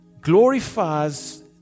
glorifies